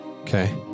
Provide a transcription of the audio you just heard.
Okay